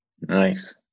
Nice